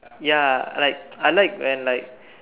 ya like I like when like